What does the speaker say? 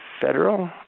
Federal